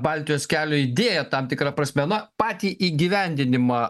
baltijos kelio idėją tam tikra prasme na patį įgyvendinimą